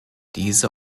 diese